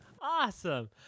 awesome